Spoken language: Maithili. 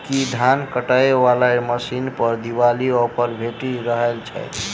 की धान काटय वला मशीन पर दिवाली ऑफर भेटि रहल छै?